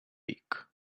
week